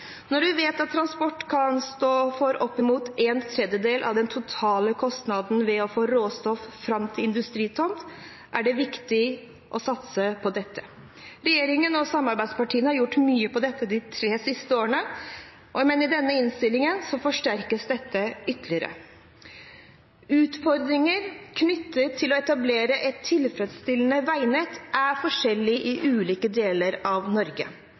Når vi vet at transport kan stå for opp mot en tredjedel av den totale kostnaden ved å få råstoff fram til industritomt, er det viktig å satse på dette. Regjeringen og samarbeidspartiene har gjort mye på dette området de siste tre årene, og med denne innstillingen forsterkes dette ytterligere. Utfordringer knyttet til å etablere et tilfredsstillende veinett er forskjellige i ulike deler av Norge.